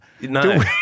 No